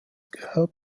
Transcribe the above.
gehört